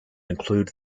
included